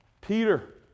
Peter